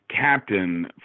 captain